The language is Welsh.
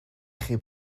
chi